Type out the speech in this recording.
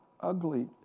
ugly